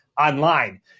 online